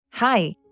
Hi